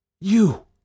You